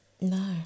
No